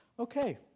Okay